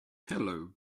hello